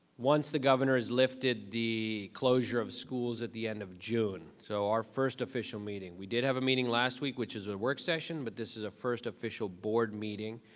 once the governor has lifted the closure of schools at the end of june. so our first official meeting. we did have a meeting last week, which is a work session, but this is a first official board meeting.